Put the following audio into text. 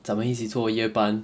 咱们一起做夜班